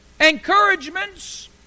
Encouragements